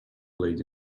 lady